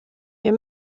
wir